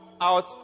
out